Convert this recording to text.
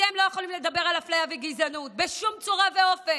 אתם לא יכולים לדבר על אפליה וגזענות בשום צורה ואופן.